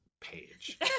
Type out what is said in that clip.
page